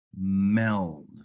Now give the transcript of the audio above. Meld